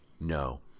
No